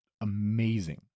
amazing